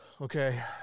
Okay